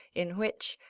in which,